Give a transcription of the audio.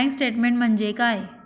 Bank statement म्हणजे काय?